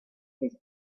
his